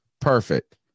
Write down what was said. Perfect